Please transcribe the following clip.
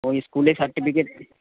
ওই স্কুলের সার্টিফিকেট